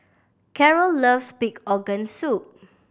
Carroll loves pig organ soup